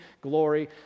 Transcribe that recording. glory